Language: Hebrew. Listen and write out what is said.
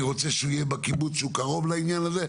רוצה שהוא יהיה בקיבוץ שהוא קרוב לעניין הזה,